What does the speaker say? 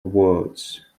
wards